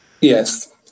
Yes